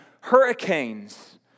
hurricanes